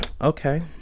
okay